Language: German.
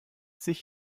sich